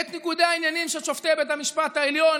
את ניגודי העניינים של שופטי בית המשפט העליון,